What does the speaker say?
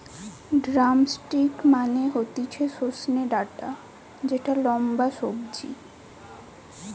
drumstick মানে হতিছে সজনে ডাটা যেটা লম্বা সবজি